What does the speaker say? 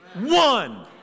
One